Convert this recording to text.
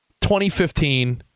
2015